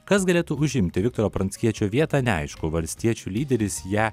kas galėtų užimti viktoro pranckiečio vietą neaišku valstiečių lyderis ją